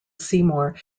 seymour